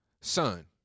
Son